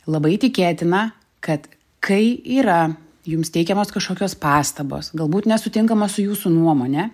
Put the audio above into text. labai tikėtina kad kai yra jums teikiamos kažkokios pastabos galbūt nesutinkama su jūsų nuomone